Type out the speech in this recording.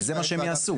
וזה מה שהם יעשו?